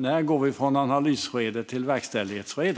ungefär, vi går från analysskede till verkställighetsskede.